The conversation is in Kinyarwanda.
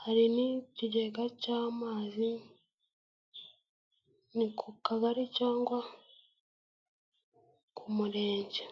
hari n'ikigega cy'amazi, ni ku Kagari cyangwa ku Murenge.